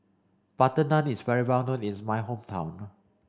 butter naan is well known in my hometown